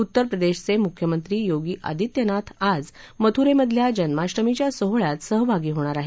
उत्तर प्रदेशाचे मुख्यमंत्री योगी आदित्यनाथ आज मथुरेमधल्या जन्माष्टमीच्या सोहळ्यात सहभागी होणार आहेत